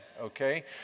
okay